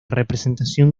representación